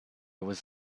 was